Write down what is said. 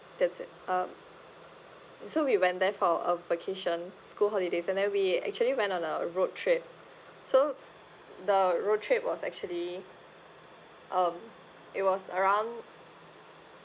that's it uh so we went there for a vacation school holidays and then we actually went on a a road trip so the road trip was actually um it was around